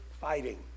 fighting